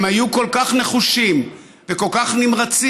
הם היו כל כך נחושים וכל כך נמרצים,